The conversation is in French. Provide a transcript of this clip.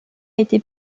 été